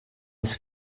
ist